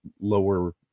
lower